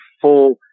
full